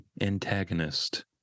antagonist